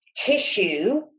tissue